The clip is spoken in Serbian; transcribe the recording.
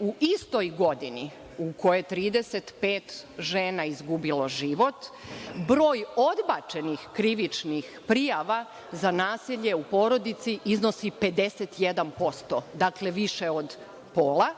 u istoj godini u kojoj je 35 žena izgubilo život broj odbačenih krivičnih prijava za nasilje u porodici iznosi 51%, dakle, više od pola,